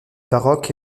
baroques